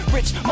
Rich